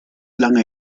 lange